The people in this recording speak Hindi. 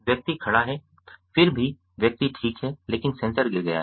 व्यक्ति खड़ा है फिर भी व्यक्ति ठीक है लेकिन सेंसर गिर गया है